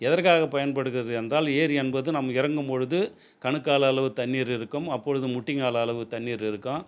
எதற்காக பயன்படுகிறது என்றால் ஏரி என்பது நாம் இறங்கும்பொழுது கணுக்கால் அளவு தண்ணீர் இருக்கும் அப்பொழுது முட்டிகால் அளவு தண்ணீர் இருக்கும்